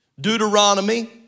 Deuteronomy